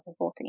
2014